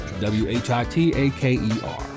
W-H-I-T-A-K-E-R